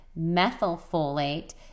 methylfolate